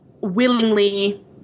willingly